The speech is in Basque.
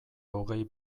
hogei